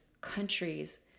countries